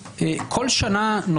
כשאני מסתכל על הרתעה,